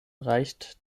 reicht